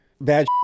bad